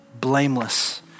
blameless